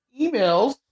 emails